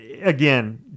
again